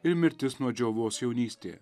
ir mirtis nuo džiovos jaunystėje